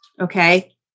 Okay